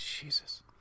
Jesus